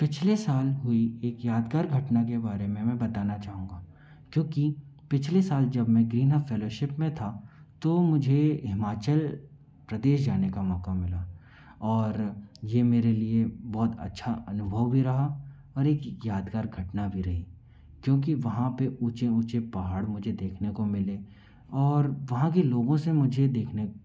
पिछले साल हुई एक यादगार घटना के बारे में मैं बताना चाहूँगा क्योंकि पिछले साल जब मैं ग्रीनहब फैलोशिप में था तो मुझे हिमाचल प्रदेश जाने का मौका मिला और यह मेरे लिए बहुत अच्छा अनुभव भी रहा और एक यादगार घटना भी रही क्योंकि वहाँ पर ऊँचे ऊँचे पहाड़ मुझे देखने को मिले और वहाँ के लोगों से मुझे देखने